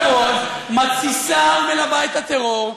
מתסיסה ומלבה את הטרור.